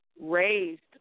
raised